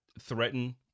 threaten